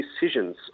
decisions